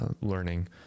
learning